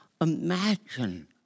imagine